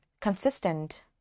consistent